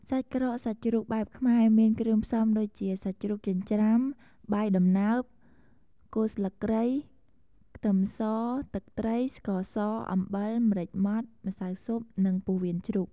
សាច់ក្រកសាច់ជ្រូកបែបខ្មែរមានគ្រឿងផ្សំ ដូចជា សាច់ជ្រូកចិញ្ច្រាំ បាយដំណើប គល់ស្លឹកគ្រៃ ខ្ទឺមស ទឹកត្រី ស្ករស អំបិល ម្រេចម៉ដ្ឋ ម្សៅស៊ុប និងពោះវៀនជ្រូក។